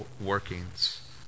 workings